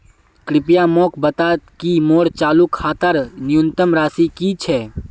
कृपया मोक बता कि मोर चालू खातार न्यूनतम राशि की छे